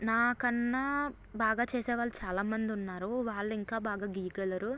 నా కన్నా బాగా చేసే వాళ్ళు చాలా మంది ఉన్నారు వాళ్ళు ఇంకా బాగా గీయగలరు